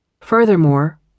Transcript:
Furthermore